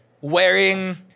wearing